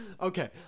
Okay